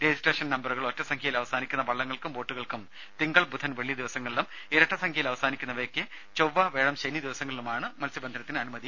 registration നമ്പറുകൾ ഒറ്റസംഖ്യയിൽ അവസാനിക്കുന്ന വള്ളങ്ങൾക്കും ബോട്ടുകൾക്കും തിങ്കൾ ബുധൻ വെള്ളി ദിവസങ്ങളിലും ഇരട്ടസംഖ്യയിൽ അവസാനിക്കുന്നവയ്ക്ക് ചൊവ്വ വ്യാഴം ശനി ദിവസങ്ങളിലുമാണ് മത്സ്യബന്ധനത്തിന് അനുമതി